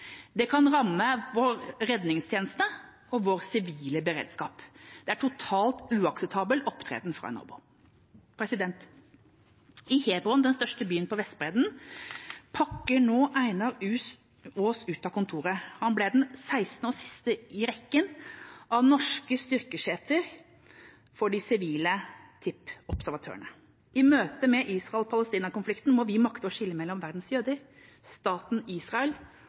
Det kan ramme vår redningstjeneste og vår sivile beredskap. Det er en totalt uakseptabel opptreden fra en nabo. I Hebron, den største byen på Vestbredden, pakker nå Einar Aas ut av kontoret. Han ble den 16. og siste i rekken av norske styrkesjefer for de sivile TIPH-observatørene. I møte med Israel–Palestina-konflikten må vi makte å skille mellom verdens jøder, staten Israel